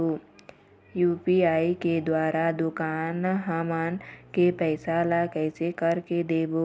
UPI के द्वारा दुकान हमन के पैसा ला कैसे कर के देबो?